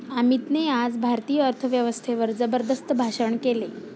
अमितने आज भारतीय अर्थव्यवस्थेवर जबरदस्त भाषण केले